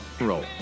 Roll